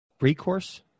Recourse